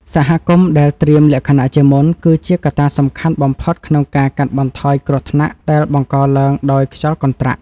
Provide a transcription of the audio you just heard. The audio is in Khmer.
សហគមន៍ដែលត្រៀមលក្ខណៈជាមុន គឺជាកត្តាសំខាន់បំផុតក្នុងការកាត់បន្ថយគ្រោះថ្នាក់ដែលបង្កឡើងដោយខ្យល់កន្ត្រាក់។